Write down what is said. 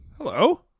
Hello